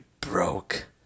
broke